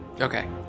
Okay